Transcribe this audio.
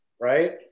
right